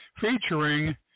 featuring